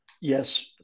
Yes